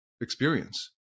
experience